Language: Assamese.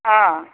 অঁ